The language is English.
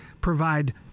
provide